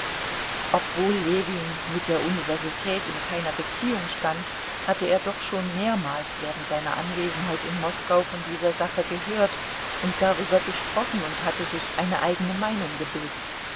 obwohl ljewin mit der universität in keiner beziehung stand hatte er doch schon mehrmals während seiner anwesenheit in moskau von dieser sache gehört und darüber gesprochen und hatte sich eine eigene meinung gebildet